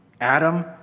Adam